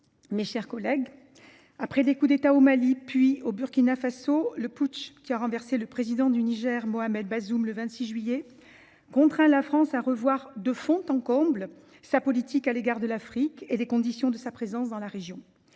mes chers collègues, après les coups d’État au Mali, puis au Burkina Faso, le putsch qui a renversé le président du Niger, Mohamed Bazoum, le 26 juillet dernier, contraint la France à revoir de fond en comble sa politique à l’égard de l’Afrique et les conditions de sa présence dans la région.